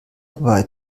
bei